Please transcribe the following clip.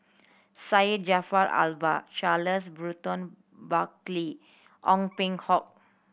Syed Jaafar Albar Charles Burton Buckley Ong Peng Hock